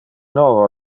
novo